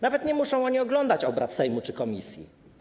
Nawet nie muszą oni oglądać obrad Sejmu czy komisji.